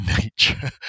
nature